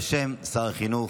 בשם שר החינוך,